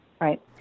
right